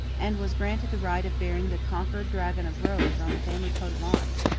and was granted the right of bearing the conquered dragon of rhodes on the family coat of arms,